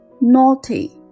naughty